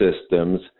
systems